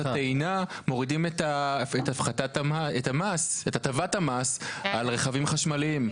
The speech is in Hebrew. הטעינה מורידים את הטבת המס על רכבים חשמליים.